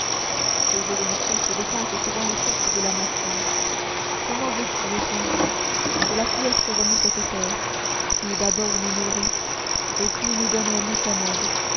creuser une fosse dépasse souvent les forces de la nature comment veux-tu étranger que la pioche remue cette terre qui d'abord nous nourrit et puis nous donne un lit commode